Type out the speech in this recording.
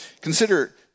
Consider